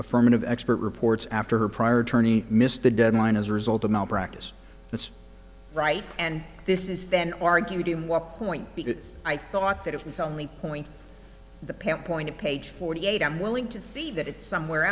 affirmative expert reports after her prior tourney missed the deadline as a result of malpractise that's right and this is then argued in what point because i thought that it was only point the paint point of page forty eight i'm willing to see that it's somewhere